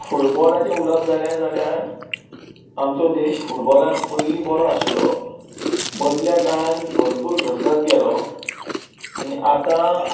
फुटबॉलाचे उलोवप जाले जाल्यार आमचो देश फुटबॉलान पयली बरो आशिल्लो मदल्या काळान भरपूर घसरत गेलो आनी आतां